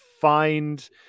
find